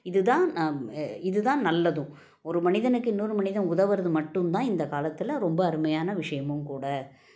இது தான் நான் இது தான் நல்லதும் ஒரு மனிதனுக்கு இன்னொரு மனிதன் உதவறது மட்டும் தான் இந்தக் காலத்தில் ரொம்ப அருமையான விஷயமும் கூட